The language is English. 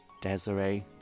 Desiree